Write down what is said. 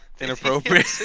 Inappropriate